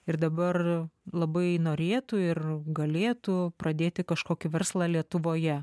ir dabar labai norėtų ir galėtų pradėti kažkokį verslą lietuvoje